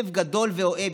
לב גדול ואוהב,